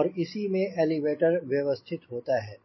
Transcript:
और इसी में एलिवेटर व्यवस्थित होता है